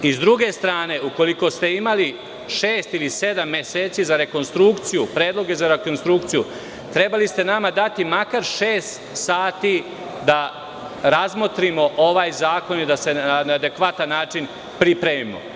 S druge strane, ukoliko ste imali šest ili sedam meseci za rekonstrukciju, predloge za rekonstrukciju, trebali ste nama dati makar šest sati da razmotrimo ovaj zakon i da se na adekvatan način pripremimo.